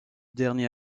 dernier